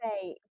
say